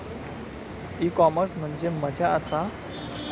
E commerce म्हणजे मझ्या आसा?